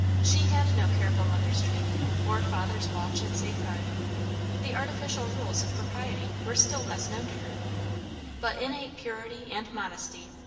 she had no careful mother's training, or father's watch and safeguard the artificial rules of propriety were still less known to her but innate purity and modesty,